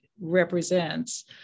represents